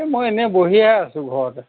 এ মই এনেই বহিয়ে আছোঁ ঘৰতে